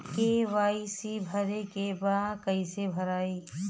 KYC भरे के बा कइसे भराई?